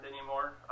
anymore